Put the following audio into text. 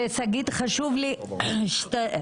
ושגית, חשוב לי לשמוע אותך